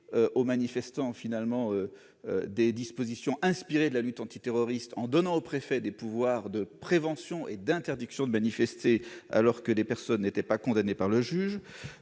aux manifestants des dispositions inspirées de la lutte antiterroriste en donnant aux préfets des pouvoirs de prévention et d'interdiction de manifester vis-à-vis de personnes non condamnées par un juge,